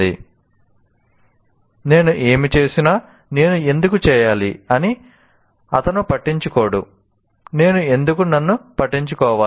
'నేను ఏమి చేసినా నేను ఎందుకు చేయాలి అని అతను పట్టించుకోడు నేను ఎందుకు నన్ను పట్టించుకోవాలి